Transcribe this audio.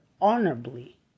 honorably